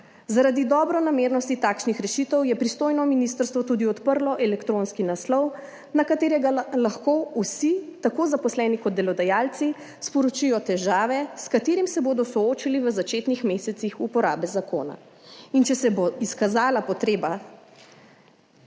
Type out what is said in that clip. Zaradi dobronamernosti takšnih rešitev je pristojno ministrstvo tudi odprlo elektronski naslov, na katerega lahko vsi, tako zaposleni kot delodajalci, sporočijo težave, s katerimi se bodo soočali v začetnih mesecih uporabe zakona. In če se bo izkazala potreba